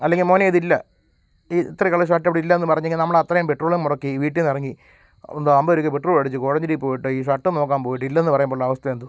അല്ലെങ്കിൽ മോനെ ഇതില്ല ഈ ഇത്ര കളർ ഷർട്ട് ഇവിടെയില്ലായെന്ന് പറഞ്ഞെങ്കിൽ നമ്മളത്രയും പെട്രോളും മുടക്കി വീട്ടിൽനിന്നിറങ്ങി എന്തുവാണ് അമ്പത് രൂപയ്ക്ക് പെട്രോളുമടിച്ച് കോഴഞ്ചേരി പോയിട്ട് ഈ ഷർട്ടും നോക്കാൻ പോയിട്ട് ഇല്ലെന്ന് പറയുമ്പോഴുള്ള അവസ്ഥ എന്തുവാണ്